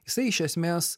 jisai iš esmės